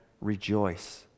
rejoice